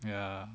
ya